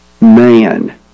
Man